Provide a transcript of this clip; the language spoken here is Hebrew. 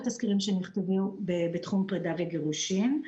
תסקירים שנכתבו בתחום פרידה וגירושין.